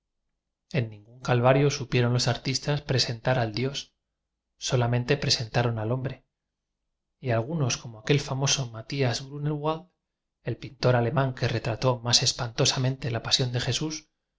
en ningún calvario supieron los artistas presentar al dios solamente presentaron al hombre y algunos como aquel famoso mathias grunevvald el pintor alemán que retrató más espantosamente la pasión de jesús